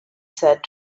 said